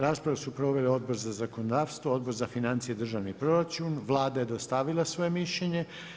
Raspravu su proveli Odbor za zakonodavstvo, Odbor za financije i državni proračun, Vlada je dostavila svoje mišljenje.